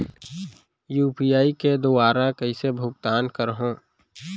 UPI के दुवारा कइसे भुगतान करहों?